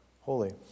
holy